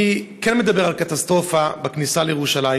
אני כן מדבר על קטסטרופה בכניסה לירושלים